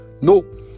no